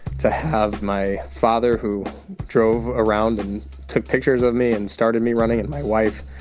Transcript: to have my father, who drove around and took pictures of me and started me running, and my wife,